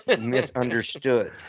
misunderstood